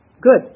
good